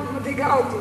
לא מדאיגה אותי.